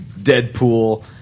Deadpool